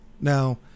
Now